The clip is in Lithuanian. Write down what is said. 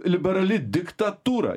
liberali diktatūra